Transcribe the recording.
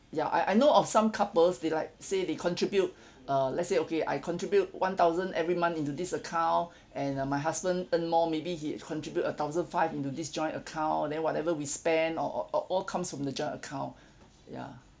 ya I I know of some couples they like say they contribute uh let's say okay I contribute one thousand every month into this account and uh my husband earn more maybe he contribute a thousand five into this joint account then whatever we spend all all all all comes from the joint account ya